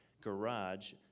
garage